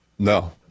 No